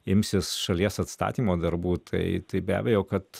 imsis šalies atstatymo darbų tai tai be abejo kad